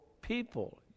people